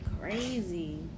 crazy